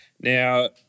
Now